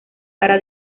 para